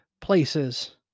places